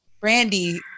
Brandy